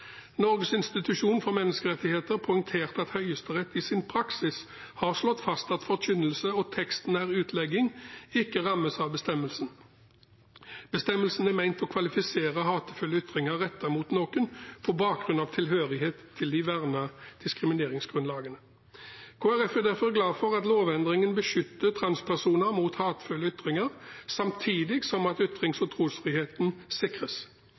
Norges nasjonale institusjon for menneskerettigheter poengterte at Høyesterett i sin praksis har slått fast at forkynnelse og tekstnær utlegning ikke vernes av bestemmelsen. Bestemmelsen er ment å kvalifisere hatefulle ytringer rettet mot noen på bakgrunn av tilhørighet til de vernede diskrimineringsgrunnlagene. Kristelig Folkeparti er derfor glad for at lovendringen beskytter transpersoner mot hatefulle ytringer, samtidig som ytrings- og trosfriheten sikres.